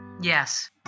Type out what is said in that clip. Yes